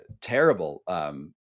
terrible